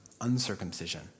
uncircumcision